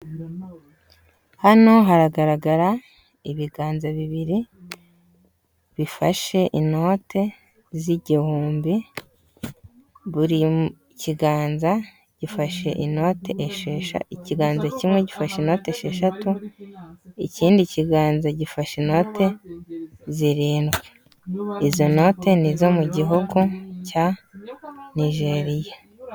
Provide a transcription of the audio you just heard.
Hano haragaragara ibiganza bibiri bifashe inote z'igihumbi, buri kiganza gifashe inote eshesha, ikiganza kimwe gifashe inote esheshatu, ikindi kiganza gifashe inote zirindwi. Izo note ni izo mu gihugu cya Nigeria.